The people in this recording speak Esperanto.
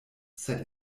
sed